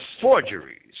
forgeries